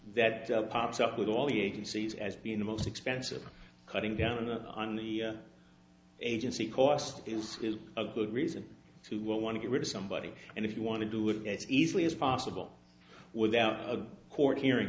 that pops up with all the agencies as being the most expensive and cutting down on the on the agency cost is a good reason to want to get rid of somebody and if you want to do it as easily as possible without a court hearing